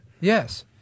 Yes